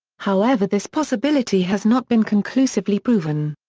however this possibility has not been conclusively proven.